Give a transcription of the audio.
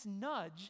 nudge